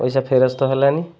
ପଇସା ଫେରସ୍ତ ହେଲାନି